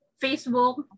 Facebook